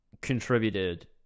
contributed